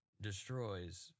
destroys